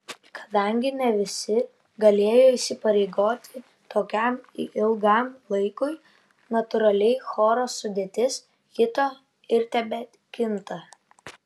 kadangi ne visi galėjo įsipareigoti tokiam ilgam laikui natūraliai choro sudėtis kito ir tebekinta